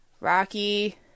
Rocky